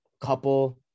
couple